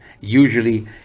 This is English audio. Usually